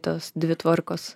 tos dvi tvarkos